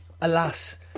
Alas